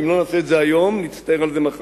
ואם לא נעשה את זה היום נצטער על זה מחר.